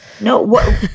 No